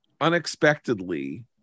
unexpectedly